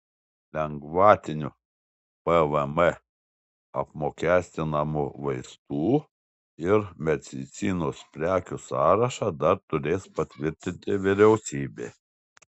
lengvatiniu pvm apmokestinamų vaistų ir medicinos prekių sąrašą dar turės patvirtinti vyriausybė